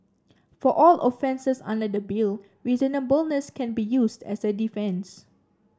for all offences under the Bill reasonableness can be used as a defence